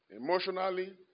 emotionally